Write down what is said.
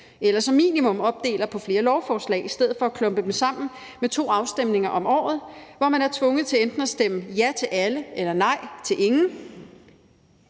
eller som minimum opdeler dem på flere lovforslag i stedet for at klumpe dem sammen med to afstemninger om året, hvor man er tvunget til enten at stemme ja til alle eller nej til alle.